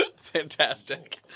Fantastic